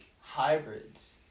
hybrids